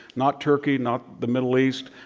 not turkey, not the middle east.